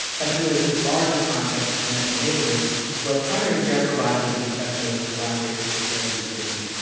but then there's this larger context of medical neighborhoods where primary care providers and specialists collaborate to take care of these patients.